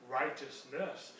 righteousness